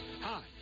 Hi